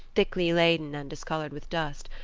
thickly laden and discoloured with dust,